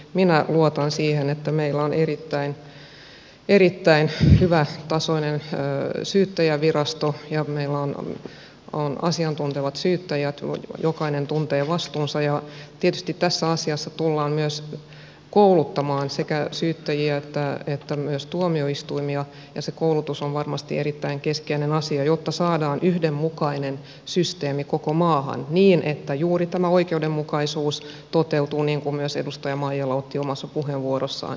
minä luotan siihen että meillä on erittäin hyvätasoinen syyttäjänvirasto ja meillä on asiantuntevat syyttäjät jokainen tuntee vastuunsa ja tietysti tässä asiassa tullaan myös kouluttamaan sekä syyttäjiä että myös tuomioistuimia ja se koulutus on varmasti erittäin keskeinen asia jotta saadaan yhdenmukainen systeemi koko maahan niin että juuri tämä oikeudenmukaisuus toteutuu niin kuin myös edustaja maijala otti omassa puheenvuorossaan esille